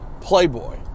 Playboy